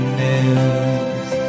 news